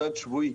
מדד שבועי.